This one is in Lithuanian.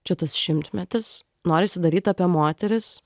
čia tas šimtmetis norisi daryt apie moteris